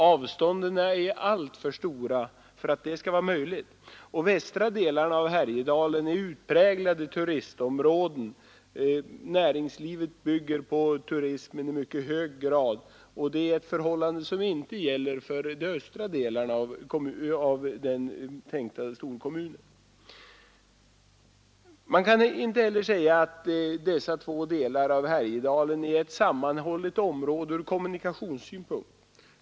Avstånden är alltför stora för att det skall vara möjligt, och de västra delarna av Härjedalen är utpräglade turistområden. Näringslivet bygger på turismen i mycket hög grad, och det är ett förhållande som inte gäller för de östra delarna av den-tänkta storkommunen. Man kan inte heller säga att dessa två delar av Härjedalen är ett sammanhållet område ur kommunikationssynpunkt.